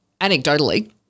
anecdotally